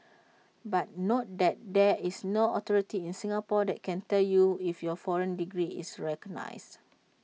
but note that there is no authority in Singapore that can tell you if your foreign degree is recognised